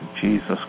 Jesus